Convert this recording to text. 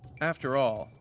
after all,